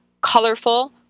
colorful